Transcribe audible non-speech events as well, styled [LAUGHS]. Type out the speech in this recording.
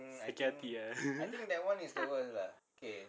sakit hati ah [LAUGHS]